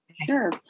Sure